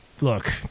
Look